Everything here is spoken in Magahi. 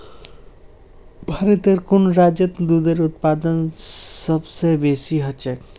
भारतेर कुन राज्यत दूधेर उत्पादन सबस बेसी ह छेक